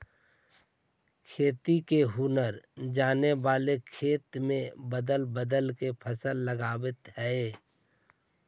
खेती के हुनर जाने वाला खेत में बदल बदल के फसल लगावऽ हइ